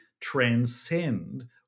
transcend